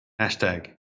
Hashtag